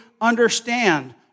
understand